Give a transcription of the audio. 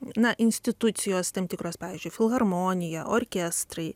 na institucijos tam tikros pavyzdžiui filharmonija orkestrai